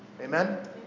Amen